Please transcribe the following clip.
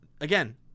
again